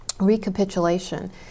recapitulation